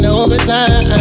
overtime